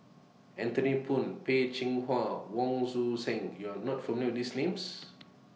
Anthony Poon Peh Chin Hua Wong Tuang Seng YOU Are not familiar with These Names